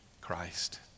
Christ